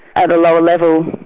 at a lower level,